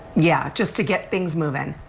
yeah, just to get things moving.